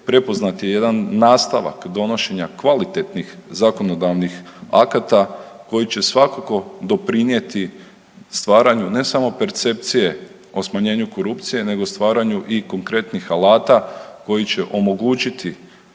prepoznat je jedan nastavak donošenja kvalitetnih zakonodavnih akata koji će svakako doprinjeti stvaranju ne samo percepcije o smanjenju korupcije nego stvaranju i konkretnih alata koji će omogućiti